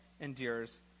endures